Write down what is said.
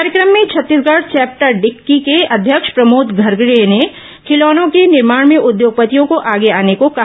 कार्यक्रम में छत्तीसगढ़ चैप्टर डिक्की के अध्यक्ष प्रमोद घरडे ने खिलौनों के निर्माण में उद्योगपतियों को आगे आने को कहा